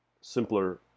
simpler